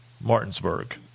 Martinsburg